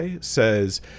says